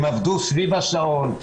הם עבדו סביב השעון.